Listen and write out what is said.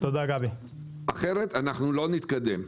אחרת לא נתקדם.